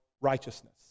righteousness